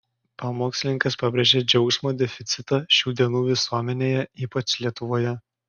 pamokslininkas pabrėžė džiaugsmo deficitą šių dienų visuomenėje ypač lietuvoje